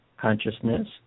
consciousness